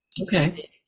Okay